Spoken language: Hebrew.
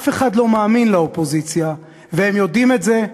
אף אחד לא מאמין לאופוזיציה, והם יודעים את זה,